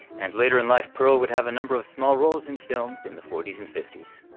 and later in life pearl would have a number of small roles in films in the forty s and fifty s.